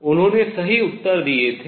उन्होंने सही उत्तर दिये